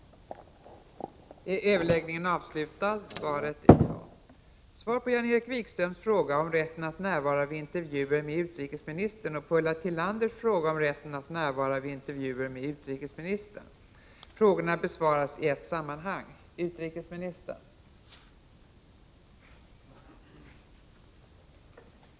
vara vid intervjuer med utrikesministern